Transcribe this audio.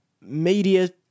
media